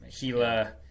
Gila